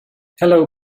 hello